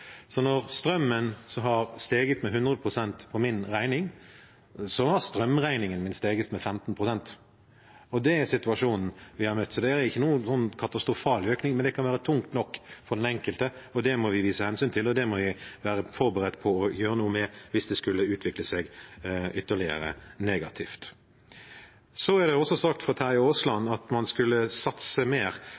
Så når strømmen har steget 100 pst. på min regning, har strømregningen min steget med 15 pst. Det er situasjonen vi har møtt. Det er ingen katastrofal økning, men det kan være tungt nok for den enkelte, og det må vi ta hensyn til, og det må vi være forberedt på å gjøre noe med, hvis det skulle utvikle seg ytterligere negativt. Det ble sagt av Terje Aasland at man skulle satset mer